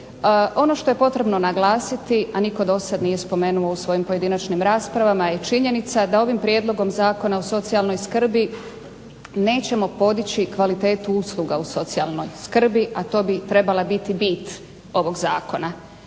Ono što je potrebno naglasiti, a nitko do sada nije spomenuo u svojim pojedinačnim raspravama je činjenica da ovim prijedlogom Zakona o socijalnoj skrbi nećemo podići kvalitetu usluga u socijalnoj skrbi, a to bi trebala biti bit ovog zakona.